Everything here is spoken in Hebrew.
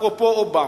אפרופו אובמה,